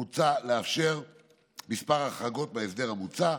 מוצע לאפשר כמה החרגות בהסדר המוצע: